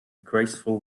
graceful